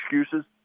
excuses